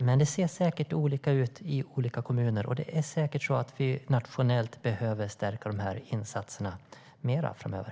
Men det ser nog olika ut i olika kommuner, och det är säkert så att vi nationellt behöver stärka dessa insatser mer framöver.